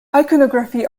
iconography